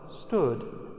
stood